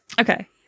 Okay